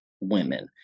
women